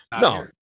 no